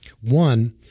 one